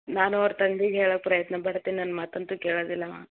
ನಾನು ಅವ್ರ ತಂದಿಗೆ ಹೇಳೋ ಪ್ರಯತ್ನ ಪಡ್ತೇನೆ ನನ್ನ ಮಾತಂತು ಕೇಳೋದಿಲ್ಲ ಅವ